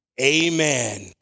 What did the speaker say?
Amen